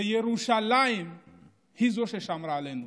וירושלים היא ששמרה עלינו.